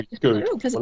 good